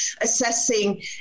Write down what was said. assessing